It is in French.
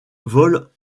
vole